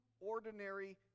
ordinary